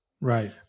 right